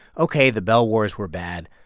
ok, the bell wars were bad.